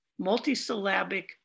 multisyllabic